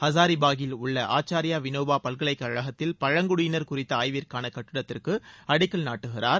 ஹசாரிபாகில் உள்ள ஆச்சார்யா விநோபா பல்கலைக்கழகத்தில் பழங்குடியினர் குறித்த ஆய்விற்கான கட்டடத்திற்கு அடக்கல் நாட்டுகிறார்